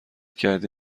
کردی